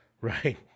Right